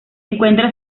encuentra